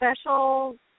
special